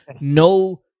no